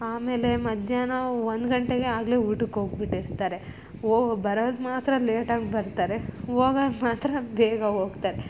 ಆಮೇಲೆ ಮಧ್ಯಾಹ್ನ ಒಂದು ಗಂಟೆಗೆ ಆಗಲೇ ಊಟಕ್ಕೆ ಹೋಗಿ ಬಿಟ್ಟಿರ್ತಾರೆ ಹೋ ಬರದು ಮಾತ್ರ ಲೇಟಾಗಿ ಬರ್ತಾರೆ ಹೋಗದು ಮಾತ್ರ ಬೇಗ ಹೋಗ್ತಾರೆ